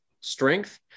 strength